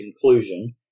conclusion